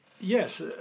Yes